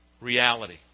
reality